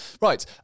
Right